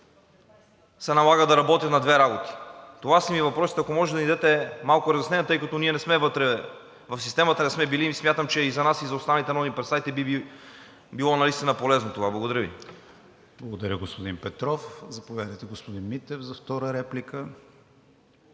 се налага да работят на две работи. Това са ми въпросите, ако може да ни дадете малко разяснения, тъй като ние не сме вътре в системата, не сме били и смятам, че за нас и за останалите народни представители би било наистина полезно това. Благодаря Ви. ПРЕДСЕДАТЕЛ КРИСТИАН ВИГЕНИН: Благодаря, господин Петров. Заповядайте, господин Митев, за втора реплика.